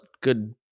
good